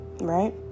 right